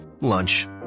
Lunch